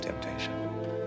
temptation